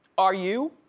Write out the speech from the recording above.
are you?